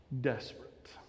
desperate